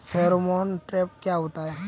Pheromone trap क्या होता है?